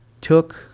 took